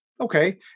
Okay